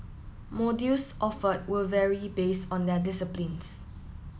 modules offered will vary based on their disciplines